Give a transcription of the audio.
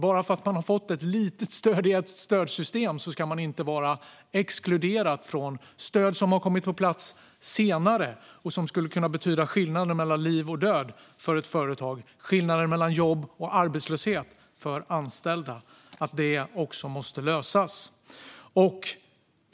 Bara för att man har fått ett litet stöd i ett stödsystem ska man inte vara exkluderad från stöd som har kommit på plats senare och som skulle kunna betyda skillnaden mellan liv och död för ett företag och mellan jobb och arbetslöshet för anställda. Det måste också lösas.